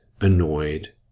annoyed